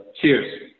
Cheers